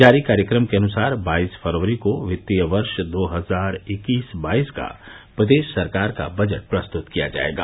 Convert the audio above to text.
जारी कार्यक्रम के अनुसार बाईस फरवरी को वित्तीय वर्ष दो हजार इक्कीस बाईस का प्रदेश सरकार का बजट प्रस्तुत किया जायेगा